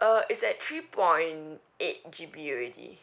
uh it's at three point eight G_B already